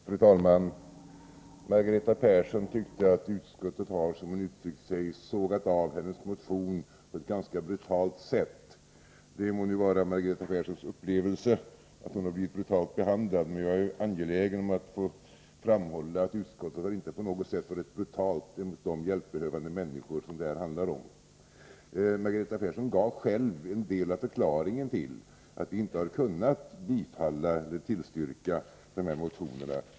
Fru talman! Margareta Persson tyckte att utskottet har, som hon uttryckte sig, sågat av hennes motion på ett ganska brutalt sätt. Det må vara hennes upplevelse att hon har blivit brutalt behandlad, men jag är angelägen om att framhålla att utskottet inte på något sätt har varit brutalt mot de hjälpbehövande människor som det här handlar om. Margareta Persson gav själv en del av förklaringen till att vi inte har kunnat tillstyrka dessa motioner.